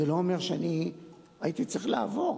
זה לא אומר שאני הייתי צריך לעבור,